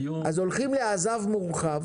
אז הולכים לעז"ב מורחב